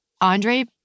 Andre